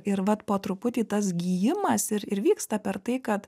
ir vat po truputį tas gijimas ir ir vyksta per tai kad